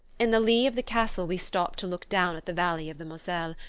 in the lee of the castle we stopped to look down at the valley of the moselle,